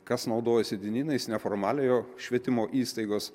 kas naudojasi dienynais neformaliojo švietimo įstaigos